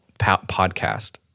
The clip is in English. podcast